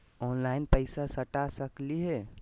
Online पैसा सटा सकलिय है?